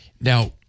now